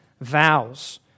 Vows